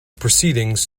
proceedings